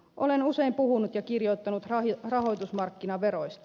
olen usein puhunut ja kirjoittanut rahoitusmarkkinaveroista